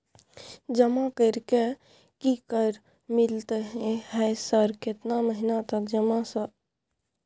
जमा कर के की कर मिलते है सर केतना महीना तक जमा सर?